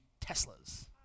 Teslas